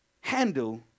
handle